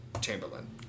Chamberlain